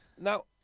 Now